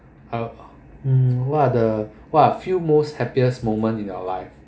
uh mm what are the what are a few most happiest moment in your life